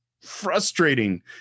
frustrating